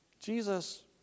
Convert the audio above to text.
Jesus